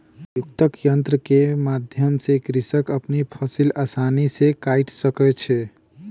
संयुक्तक यन्त्र के माध्यम सॅ कृषक अपन फसिल आसानी सॅ काइट सकै छै